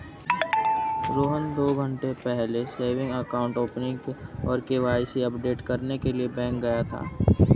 रोहन दो घन्टे पहले सेविंग अकाउंट ओपनिंग और के.वाई.सी अपडेट करने के लिए बैंक गया था